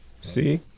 See